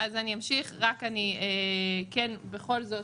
אני אמשיך, רק בכל זאת,